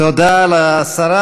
תודה לשרה.